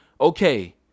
Okay